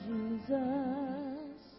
Jesus